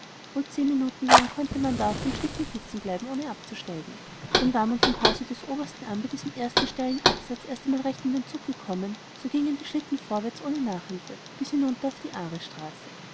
wohl zehn minuten lang konnte man da auf dem schlitten sitzen bleiben ohne abzusteigen denn war man vom hause des obersten an bei diesem ersten steilen absatz einmal recht in den zug gekommen so gingen die schlitten vorwärts ohne nachhilfe bis hinunter auf die